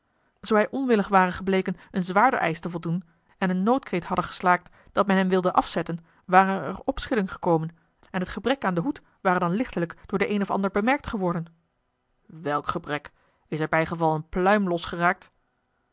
zoo hij onwillig ware gebleken een zwaarder eisch te voldoen en een noodkreet hadde geslaakt dat men hem wilde afzetten ware er opschudding gekomen en t gebrek aan den hoed waren dan lichtelijk door den een of ander bemerkt geworden welk gebrek is er bijgeval een pluim losgeraakt